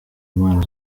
impano